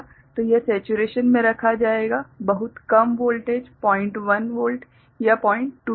तो यह सेचुरेशन में रखा जाएगा बहुत कम वोल्टेज 01 या 02 वोल्ट